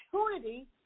opportunity